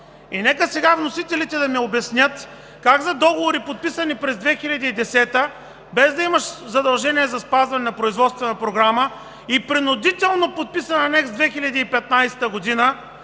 И сега нека вносителите да ми обяснят за договорите, подписани през 2010 г., без да имаш задължения за спазване на производствена програма и принудително подписан анекс от 2015 г.: как